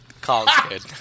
college